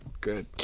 Good